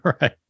Right